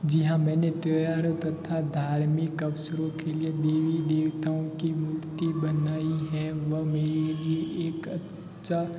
जी हाँ मैंने त्योहारों तथा धार्मिक अवसरों के लिए देवी देवताओं की मूर्ति बनाई है वह मेरी ही एक इच्छा